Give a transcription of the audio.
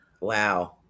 Wow